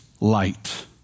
light